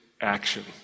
action